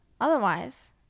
otherwise